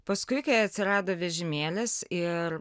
paskui kai atsirado vežimėlis ir